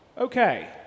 Okay